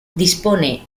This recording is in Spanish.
dispone